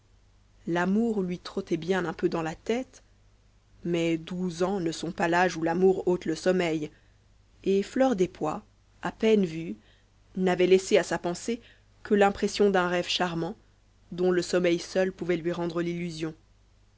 l'amour lui trottait bien un peu dans la tête mais douze ans ne sont pas l'âge où l'amour ôte le sommeil et fleur des pois il peine vue n'avait laissé sa pensée que l'impression d'un rêve charmant dont le sommeil seul pouvait lui rendre l'illusion